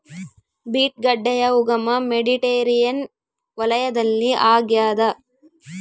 beet ಗಡ್ಡೆಯ ಉಗಮ Mediterranean ವಲಯದಲ್ಲಿ ಆಗ್ಯಾದ